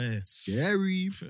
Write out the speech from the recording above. scary